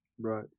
Right